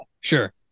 Sure